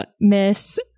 Miss